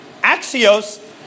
axios